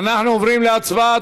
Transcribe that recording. אנחנו עוברים להצבעה.